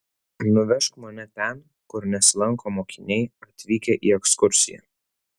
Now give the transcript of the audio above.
nuvežk mane ten kur nesilanko mokiniai atvykę į ekskursiją